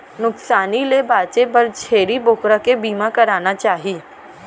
नुकसानी ले बांचे बर छेरी बोकरा के बीमा कराना चाही